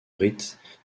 rites